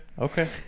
Okay